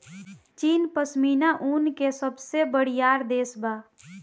चीन पश्मीना ऊन के सबसे बड़ियार देश बा